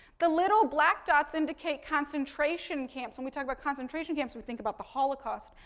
the little black dots indicate concentration camps. when we talk about concentration camps, we think about the holocaust.